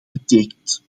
betekent